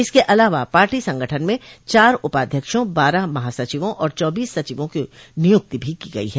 इसके अलावा पार्टा संगठन में चार उपाध्यक्षों बारह महासचिवों और चौबीस सचिवों की नियुक्ति भी की गई है